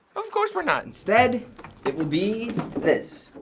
of course we're not. instead it will be this.